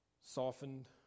softened